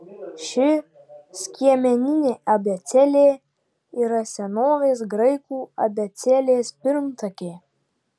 ši skiemeninė abėcėlė yra senovės graikų abėcėlės pirmtakė